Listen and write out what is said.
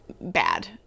bad